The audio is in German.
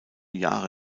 jahre